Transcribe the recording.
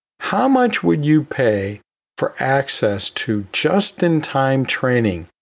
how much would you pay for access to just-in-time training,